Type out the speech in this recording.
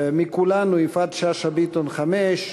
מכולנו, יפעת שאשא ביטון עם חמש,